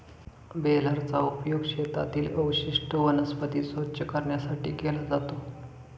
बेलरचा उपयोग शेतातील अवशिष्ट वनस्पती स्वच्छ करण्यासाठी केला जातो